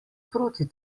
proti